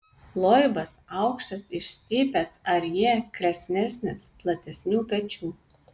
loibas aukštas išstypęs arjė kresnesnis platesnių pečių